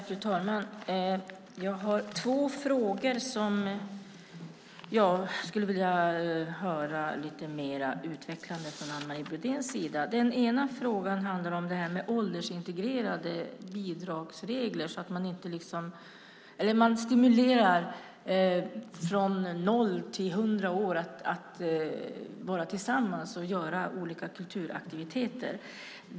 Fru talman! Jag har två frågor som jag skulle vilja ha svar på från Anne Marie Brodén. Den ena frågan handlar om regler för åldersintegrerade bidrag. Man vill stimulera på ett sådant sätt att människor från 0-100 år ska kunna vara tillsammans och göra olika kulturaktiviteter.